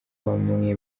bamwe